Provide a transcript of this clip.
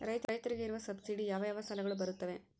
ರೈತರಿಗೆ ಇರುವ ಸಬ್ಸಿಡಿ ಯಾವ ಯಾವ ಸಾಲಗಳು ಬರುತ್ತವೆ?